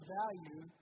value